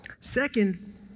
Second